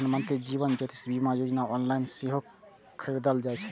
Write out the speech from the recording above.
प्रधानमंत्री जीवन ज्योति बीमा योजना ऑनलाइन सेहो खरीदल जा सकैए